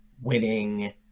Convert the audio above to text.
winning